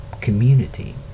community